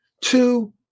two